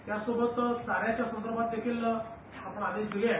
त्यासोबत चाऱ्या संदर्भात देखील आपण आदेश दिले आहेत